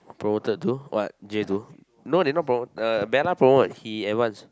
promoted to what J two no they not promote Bella promote he advance